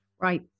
Right